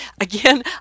again